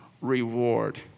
reward